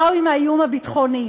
באו עם האיום הביטחוני.